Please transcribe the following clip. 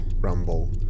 rumble